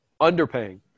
underpaying